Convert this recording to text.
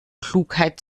klugheit